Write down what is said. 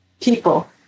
People